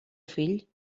fill